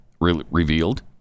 revealed